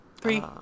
Three